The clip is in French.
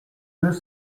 deux